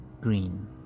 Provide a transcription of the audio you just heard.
green